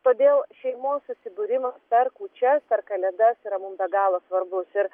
todėl šeimos susibūrimas per kūčias ar kalėdas yra mum be galo svarbus ir